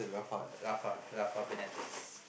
uh Laufa uh Laufa Benedis